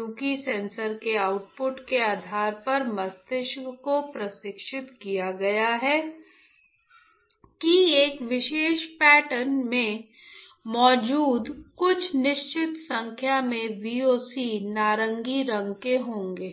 क्योंकि सेंसर के आउटपुट के आधार पर मस्तिष्क को प्रशिक्षित किया गया है कि एक विशेष पैटर्न में मौजूद कुछ निश्चित संख्या में VOC नारंगी रंग के होंगे